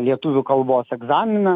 lietuvių kalbos egzaminą